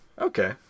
Okay